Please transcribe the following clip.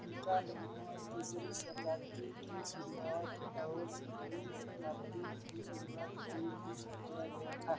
इनका निर्माण तीसरी शताब्दी की शुरूआत और सातवी शताब्दी की शुरूआत के बीच किया गया था